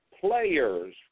players